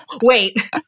wait